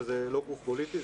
שזה לא גוף פוליטי,